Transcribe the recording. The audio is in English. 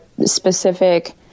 specific